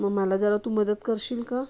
मग मला जरा तू मदत करशील का